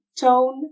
tone